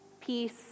peace